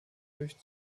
durch